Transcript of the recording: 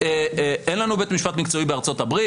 אין לנו בית משפט מקצועי בארצות הברית?